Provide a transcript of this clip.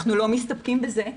אנחנו לא מסתפקים בזה.